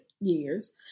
years